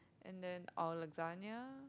and then our lasagna